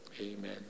Amen